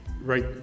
Right